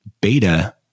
Beta